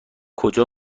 کجا